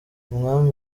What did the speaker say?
umwami